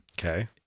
Okay